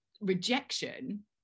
rejection